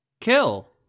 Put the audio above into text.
kill